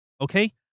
Okay